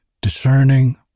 discerning